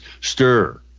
stir